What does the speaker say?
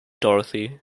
dorothy